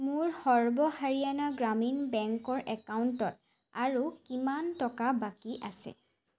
মোৰ সৰ্ব হাৰিয়ানা গ্ৰামীণ বেংকৰ একাউণ্টত আৰু কিমান টকা বাকী আছে